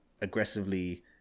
aggressively